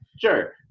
sure